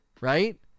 right